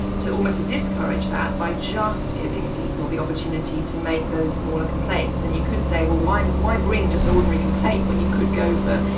to almost to discourage that by just giving people the opportunity to make those smaller complaints. and you could say, well why why bring just an ordinary complaint when you could go for,